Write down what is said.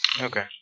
Okay